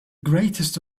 greatest